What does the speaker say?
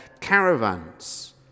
caravans